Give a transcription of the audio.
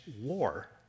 war